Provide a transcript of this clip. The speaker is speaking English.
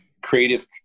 creative